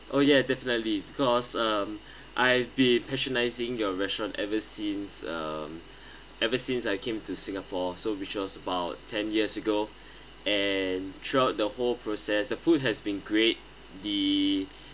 oh yeah definitely because um I've been patronizing your restaurant ever since um ever since I came to singapore so which was about ten years ago and throughout the whole process the food has been great the